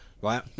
Right